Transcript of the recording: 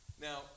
Now